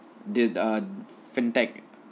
the err fintech